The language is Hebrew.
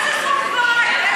מה זה "סוף דברי"?